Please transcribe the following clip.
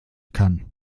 kann